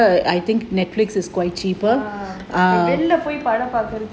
வெளில போய் படம் பாக்குறது:velila poi padam paakurathu